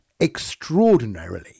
extraordinarily